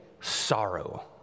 sorrow